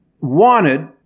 wanted